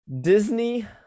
Disney